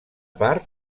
part